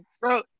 bro